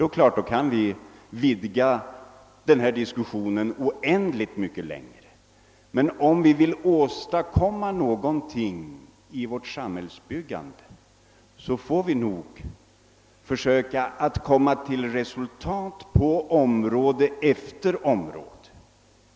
Då skulle vi kunna vidga diskussionen oändligt mycket mer. | Om vi vill åstadkomma något i vårt samhällsbyggande får vi nog försöka nå resultat på område efter område.